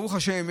ברוך השם,